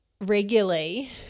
regularly